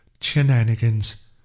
shenanigans